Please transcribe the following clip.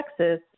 Texas